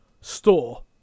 store